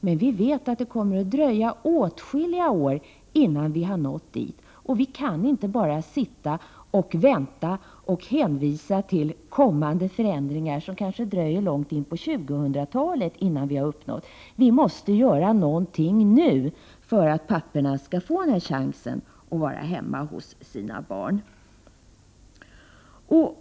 Men det kommer att dröja åtskilliga år innan vi når dit. För den skull kan vi dock inte bara sitta och vänta och hänvisa till förändringar som kommer kanske först långt in på 2000-talet. Vi måste således göra någonting nu för att papporna skall få möjlighet att vara hemma hos sina barn.